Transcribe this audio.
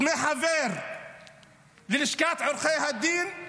דמי חבר בלשכת עורכי הדין,